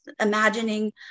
imagining